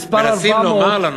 המספר 400,